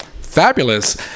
Fabulous